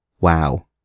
WoW